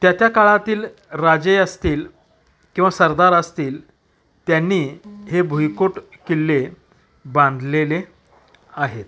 त्या त्या काळातील राजे असतील किंवा सरदार असतील त्यांनी हे भुईकोट किल्ले बांधलेले आहेत